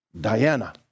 Diana